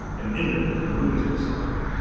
an inmate from a lunatic asylum?